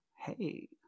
hey